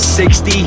60